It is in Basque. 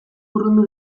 urrundu